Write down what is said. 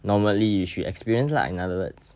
normally you should experience lah in other words